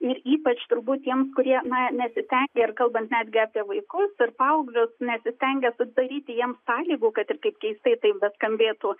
ir ypač turbūt tiems kurie na nesistengia ir kalbant netgi apie vaikus ir paauglius nesistengia sudaryti jiems sąlygų kad ir kaip keistai tai beskambėtų